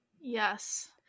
yes